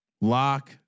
Lock